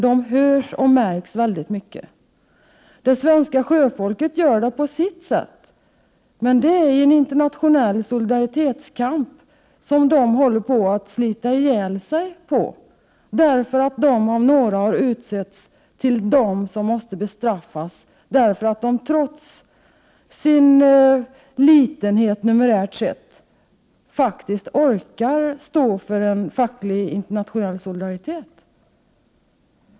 De hörs och märks väldigt mycket. Det svenska sjöfolket hörs och märks på sitt sätt, men det är i en internationell solidaritetskamp som de håller på att slita ihjäl sig. De om några har utsetts till dem som skall bestraffas, därför att de trots sin numerära litenhet ändå orkar stå för en facklig, internationell solidaritet.